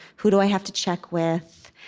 who do i have to check with?